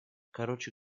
короче